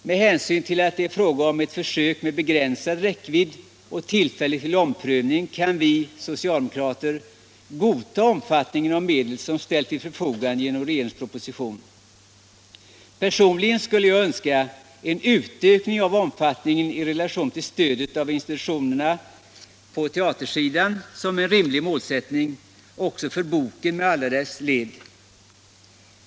Med hänsyn till att det är fråga om ett försök med begränsad räckvidd och tillfälle till omprövning kan vi socialdemokrater godta omfattningen av medel som ställs till förfogande genom regeringens proposition. Personligen skulle jag önska en utökning av omfattningen i relation till stödet av institutionsteatrarna som en rimlig målsättning också för boken med alla dess led.